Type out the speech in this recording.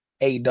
aw